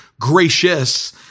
gracious